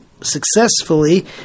successfully